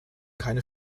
keine